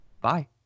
bye